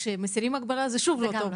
כשמסירים את ההגבלה זה שוב לא טוב.